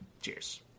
Cheers